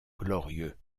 glorieux